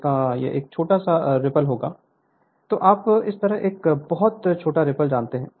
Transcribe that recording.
इसका एक बहुत छोटा रीपल होगा तो आप इस तरह एक बहुत छोटा रीपल जानते हैं